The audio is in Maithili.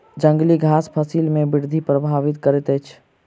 जंगली घास फसिल के वृद्धि प्रभावित करैत अछि